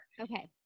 Okay